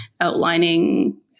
outlining